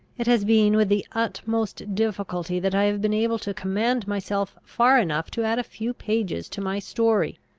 it has been with the utmost difficulty that i have been able to command myself far enough to add a few pages to my story.